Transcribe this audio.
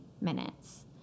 minutes